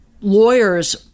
lawyers